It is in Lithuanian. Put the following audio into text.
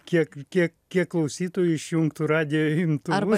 kiek kiek kiek klausytojų išjungtų radijo imtuvus